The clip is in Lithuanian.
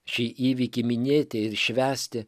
šį įvykį minėti ir švęsti